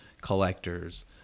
collectors